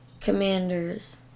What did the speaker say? commanders